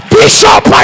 bishop